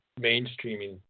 mainstreaming